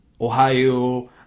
Ohio